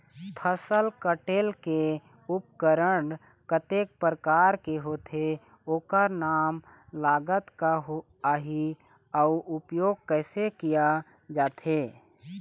फसल कटेल के उपकरण कतेक प्रकार के होथे ओकर नाम लागत का आही अउ उपयोग कैसे किया जाथे?